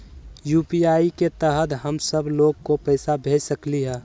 UPI के तहद हम सब लोग को पैसा भेज सकली ह?